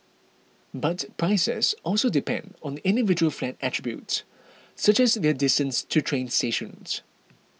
but prices also depend on the individual flat attributes such as their distance to train stations